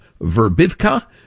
Verbivka